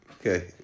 Okay